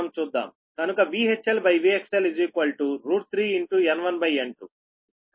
కనుక VHLVXL3 N1N2